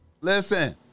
Listen